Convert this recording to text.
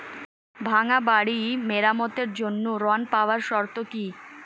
ভাঙ্গা বাড়ি মেরামতের জন্য ঋণ পাওয়ার শর্ত কি?